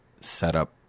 setup